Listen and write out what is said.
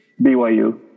BYU